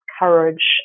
courage